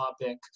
topic